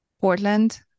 Portland